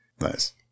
Nice